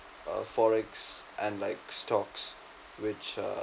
err forex and like stocks which uh